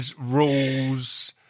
rules